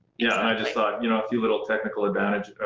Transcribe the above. yeah i just thought, you know, a few little technical advantages, or